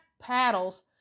paddles